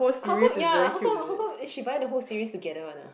how come ya how come how come is she buy the whole series together one lah